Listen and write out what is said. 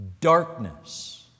darkness